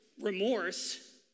remorse